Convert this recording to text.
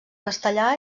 castellà